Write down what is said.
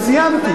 אני,